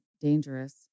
dangerous